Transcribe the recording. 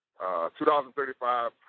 $2,035